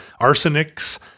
arsenics